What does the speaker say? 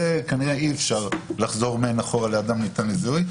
מזה כנראה אי-אפשר לחזור אחורה ל"אדם ניתן לזיהוי".